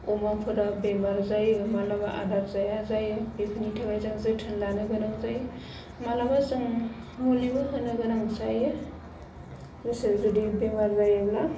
अमाफोरा बेमार जायो माब्लाबा आदार जाया जायो बेफोरनि थाखाय जोङो जोथोन लानो गोनां जायो माब्लाबा जों मुलिबो होनो गोनां जायो दसरा जुदि बेमार जायोब्ला